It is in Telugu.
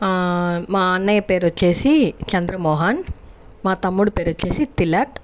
మా అన్నయ్య పేరు వచ్చేసి చంద్రమోహన్ మా తమ్ముడి పేరు వచ్చేసి తిలక్